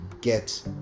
get